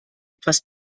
etwas